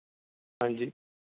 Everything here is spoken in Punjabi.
ਹਾਂਜੀ